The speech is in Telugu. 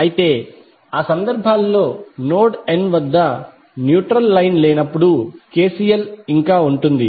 అయితే ఆ సందర్భాలలో నోడ్ n వద్ద న్యూట్రల్ లైన్ లేనప్పుడు KCL ఇంకా ఉంటుంది